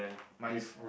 mine is